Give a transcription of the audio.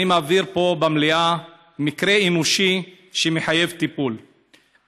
אני מציג פה במליאה מקרה אנושי שמחייב טיפול.